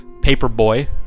Paperboy